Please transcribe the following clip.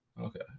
Okay